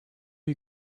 you